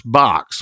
box